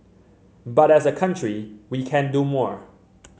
but as a country we can do more